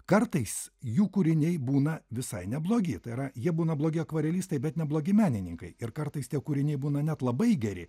kartais jų kūriniai būna visai neblogi tai yra jie būna blogi akvarelistai bet neblogi menininkai ir kartais tie kūriniai būna net labai geri